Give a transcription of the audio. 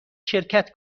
شرکت